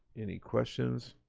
any questions?